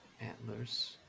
antlers